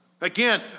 Again